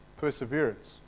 perseverance